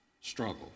struggle